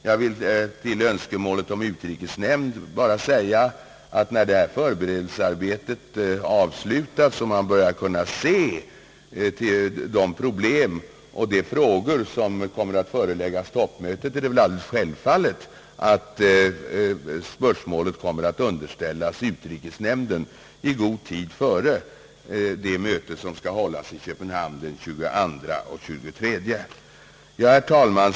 Vad beträffar önskemålet om inkallande av utrikesnämnden vill jag säga att när förberedelsearbetet avslutats och man börjat se vilka frågor som kommer att föreläggas toppmötet, så är det väl alldeles självfallet att spörsmålet kommer att underställas utrikesnämn den i god tid före mötet i Köpenhamn den 22 och 23 april.